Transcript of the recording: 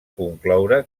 concloure